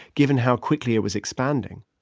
given how quickly it was expanding.